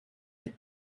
hit